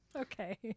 Okay